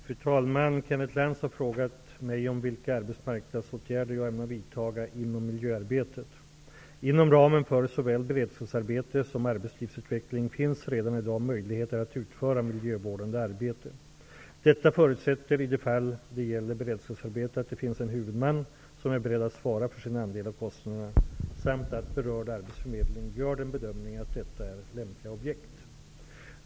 Fru talman! Kenneth Lantz har frågat mig vilka arbetsmarknadsåtgärder jag ämnar vidta inom miljöarbetet. Inom ramen för såväl beredskapsarbete som arbetslivsutveckling finns redan i dag möjligheter att utföra miljövårdande arbete. Detta förutsätter i de fall det gäller beredskapsarbete att det finns en huvudman som är beredd att svara för sin andel av kostnaderna samt att berörd arbetsförmedling gör den bedömningen att detta är lämpliga objekt.